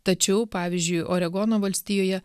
tačiau pavyzdžiui oregono valstijoje